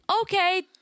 okay